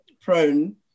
prone